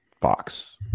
Fox